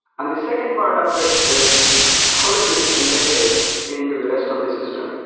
and second part of it is how does this integrate into the rest of the system.